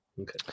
okay